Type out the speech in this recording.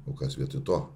o kas vietoj to